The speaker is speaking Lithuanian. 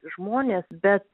žmonės bet